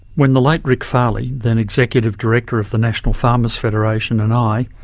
when the late rick farley then executive director of the national farmers' federation and i,